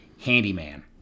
handyman